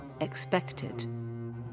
expected